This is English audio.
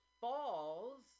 falls